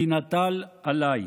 כי נטל עליי.